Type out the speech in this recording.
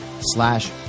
slash